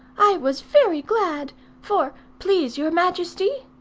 i was very glad for, please your majesty,